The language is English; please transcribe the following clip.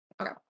Okay